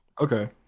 okay